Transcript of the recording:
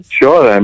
sure